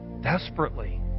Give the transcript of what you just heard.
desperately